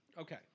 Okay